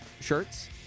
shirts